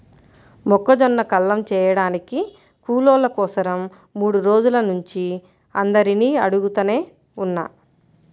మొక్కజొన్న కల్లం చేయడానికి కూలోళ్ళ కోసరం మూడు రోజుల నుంచి అందరినీ అడుగుతనే ఉన్నా